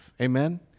Amen